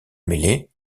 mêlée